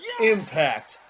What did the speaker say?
Impact